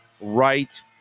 right